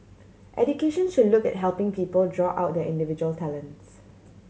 education should look at helping people draw out their individual talents